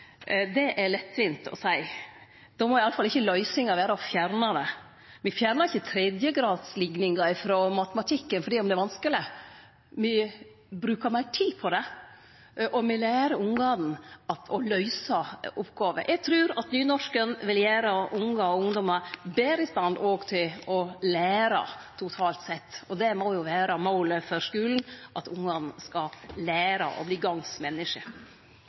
Det er lettvint å seie. Då må i alle fall ikkje løysinga vere å fjerne det. Me fjernar ikkje tredjegradslikningar frå matematikken sjølv om det er vanskeleg. Me brukar meir tid på det, og me lærer ungane å løyse oppgåver. Eg trur nynorsk òg vil gjere ungar og ungdommar betre i stand til å lære, totalt sett. Det må jo vere målet for skulen – at ungane skal lære og bli